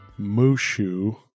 Mushu